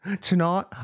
Tonight